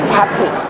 happy